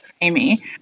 Amy